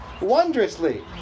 Wondrously